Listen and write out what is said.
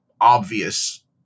obvious